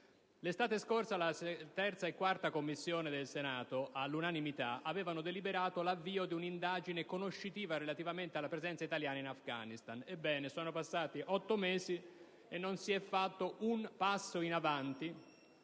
L'estate scorsa la 3a e la 4a Commissione del Senato all'unanimità avevano deliberato l'avvio di una indagine conoscitiva relativamente alla presenza italiana in Afghanistan; ebbene, sono passati otto mesi e non si è fatto un passo in avanti